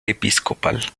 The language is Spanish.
episcopal